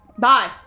Bye